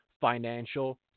financial